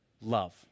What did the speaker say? love